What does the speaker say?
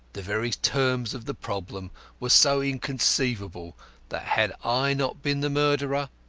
the very terms of the problem were so inconceivable that, had i not been the murderer,